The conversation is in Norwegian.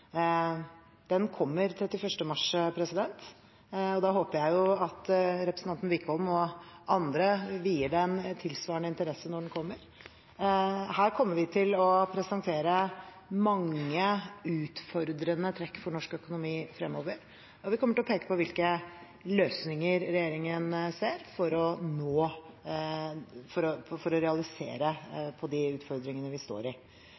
Den kommer 31. mars, og jeg håper at representanten Wickholm og andre vier den tilsvarende interesse når den kommer. Her kommer vi til å presentere mange utfordrende trekk for norsk økonomi fremover, og vi kommer til å peke på hvilke løsninger regjeringen ser for å realisere de utfordringene vi står i. Det betyr selvfølgelig at det, i